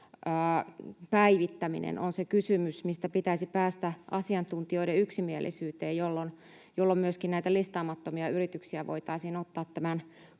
päivittäminen on se kysymys, mistä asiantuntijoiden pitäisi päästä yksimielisyyteen, jolloin myöskin listaamattomia yrityksiä voitaisiin ottaa